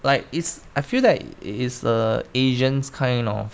like it's I feel like it's a asians kind of